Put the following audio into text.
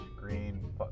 green